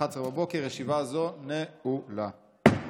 (חובת ביצוע בדיקה בכניסה לישראל) (תיקון מס'